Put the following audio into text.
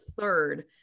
third